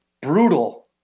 brutal